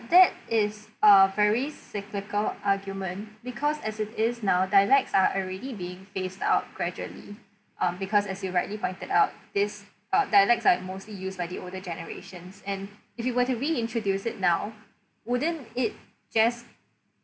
that is a very cyclical argument because as it is now dialects are already being phased out gradually um because as you rightly pointed out this uh dialects like mostly used by the older generations and if you were to reintroduce it now wouldn't it just